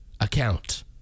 account